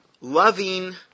loving